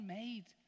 made